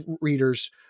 readers